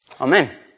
Amen